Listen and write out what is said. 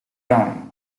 town